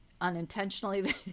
unintentionally